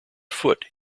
foot